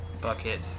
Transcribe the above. bucket